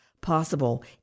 possible